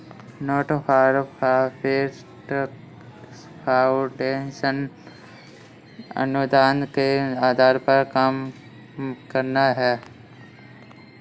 not for profit foundation अनुदान के आधार पर काम करता है